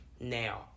Now